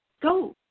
Go